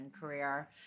career